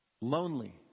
Lonely